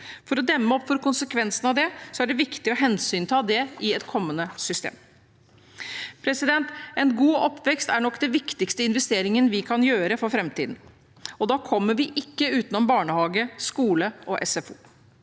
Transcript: For å demme opp for konsekvensene av det er det viktig å hensynta det i et kommende system. En god oppvekst er nok den viktigste investeringen vi kan gjøre for framtiden. Da kommer vi ikke utenom barnehage, skole og SFO.